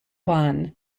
juan